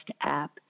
app